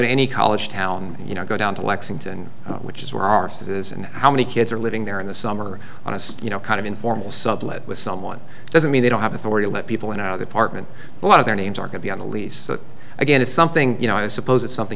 to any college town you know go down to lexington which is where arses and how many kids are living there in the summer honest you know kind of informal sublet with someone doesn't mean they don't have authority let people in our department a lot of their names are going to be on the lease again it's something you know i suppose it's something